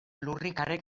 lurrikarek